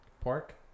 Pork